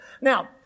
Now